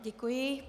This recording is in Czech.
Děkuji.